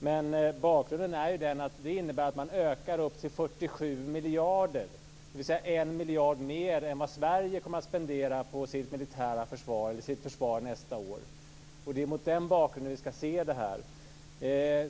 Men bakgrunden är ju den att det innebär att man ökar upp till 47 miljarder, dvs. en miljard mer än vad Sverige kommer att spendera på sitt försvar nästa år, och det är mot den bakgrunden vi ska se det här.